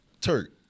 Turk